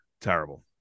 terrible